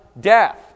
death